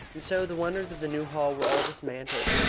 and so the wonders of the new hall were all dismantled,